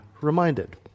reminded